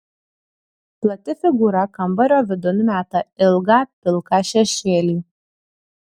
plati figūra kambario vidun meta ilgą pilką šešėlį